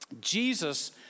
Jesus